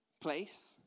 place